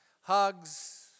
hugs